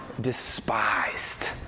despised